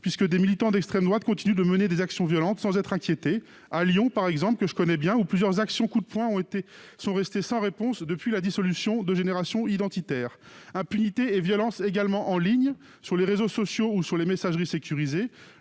puisque des militants d'extrême droite continuent de mener des actions violentes sans être inquiétés. Ainsi, dans la ville de Lyon, que je connais bien, plusieurs actions coup de poing sont restées sans réponse depuis la dissolution de Génération identitaire. L'impunité et la violence s'observent également en ligne, sur les réseaux sociaux comme sur les messageries sécurisées,